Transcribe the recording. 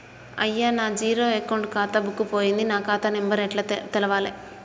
అయ్యా నా zero account ఖాతా బుక్కు పోయింది నా ఖాతా నెంబరు ఎట్ల తెలవాలే?